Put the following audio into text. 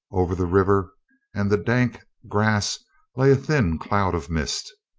over the river and the dank grass lay a thin cloud of mist.